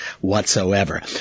whatsoever